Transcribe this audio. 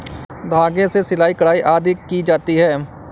धागे से सिलाई, कढ़ाई आदि की जाती है